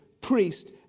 priest